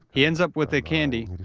he ends up with a candy,